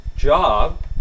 Job